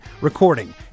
recording